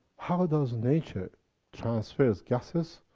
how does nature transfer gases